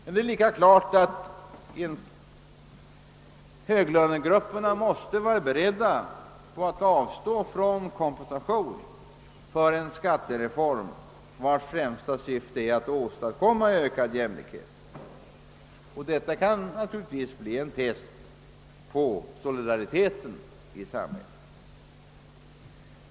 Det är lika klart att höglönegrupperna måste vara beredda att avstå från kompensation för en skattereform, vars främsta syfte är att åstadkomma ökad jämlikhet. Detta kan naturligtvis bli ett test på solidariteten i samhället.